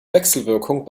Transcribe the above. wechselwirkung